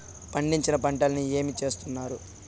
పండించిన పంటలని ఏమి చేస్తున్నారు?